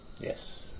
Yes